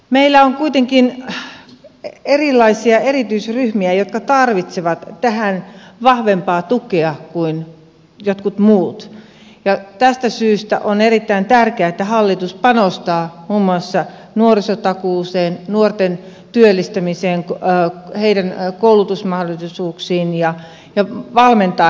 meillä on kuitenkin erilaisia erityisryhmiä jotka tarvitsevat tähän vahvempaa tukea kuin jotkut muut ja tästä syystä on erittäin tärkeää että hallitus panostaa muun muassa nuorisotakuuseen nuorten työllistämiseen heidän koulutusmahdollisuuksiinsa ja valmentaa heitä myös työelämään